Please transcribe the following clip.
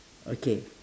okay